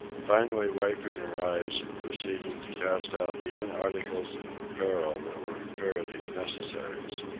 finally wiping her eyes and proceeding to cast out even articles of apparel that were imperative necessaries.